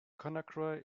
conakry